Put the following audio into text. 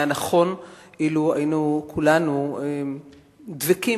היה נכון אילו היינו כולנו דבקים,